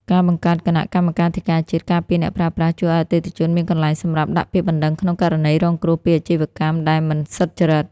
ការបង្កើតគណៈកម្មាធិការជាតិការពារអ្នកប្រើប្រាស់ ជួយឱ្យអតិថិជនមានកន្លែងសម្រាប់ដាក់ពាក្យបណ្ដឹងក្នុងករណីរងគ្រោះពីអាជីវកម្មដែលមិនសុចរិត។